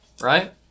Right